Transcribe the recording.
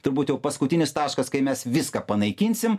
turbūt jau paskutinis taškas kai mes viską panaikinsim